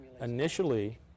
Initially